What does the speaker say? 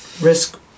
risk